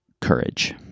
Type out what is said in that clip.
courage